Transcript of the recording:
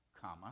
comma